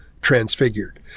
Transfigured